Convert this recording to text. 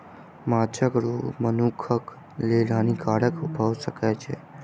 माँछक रोग मनुखक लेल हानिकारक भअ सकै छै